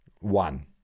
One